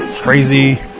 crazy